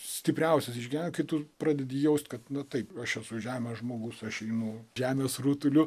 stipriausias išgyvenimas kai tu pradedi jausti kad taip aš esu žemės žmogus aš einu žemės rutuliu